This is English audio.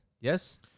yes